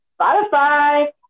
Spotify